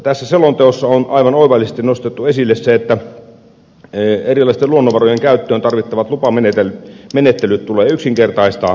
tässä selonteossa on aivan oivallisesti nostettu esille se että erilaisten luonnonvarojen käyttöön tarvittavat lupamenettelyt tulee yksinkertaistaa